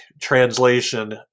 translation